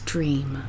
Dream